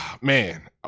man